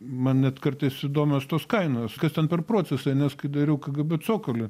man net kartais įdomios tos kainos kas ten per procesai nes kai dariau kgb cokolį